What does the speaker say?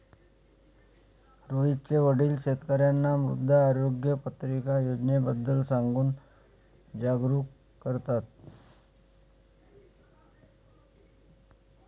रोहितचे वडील शेतकर्यांना मृदा आरोग्य पत्रिका योजनेबद्दल सांगून जागरूक करतात